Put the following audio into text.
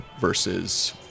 versus